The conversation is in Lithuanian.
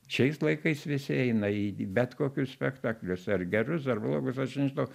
šiais laikais visi eina į bet kokius spektaklius ar gerus ar blogus aš nežinau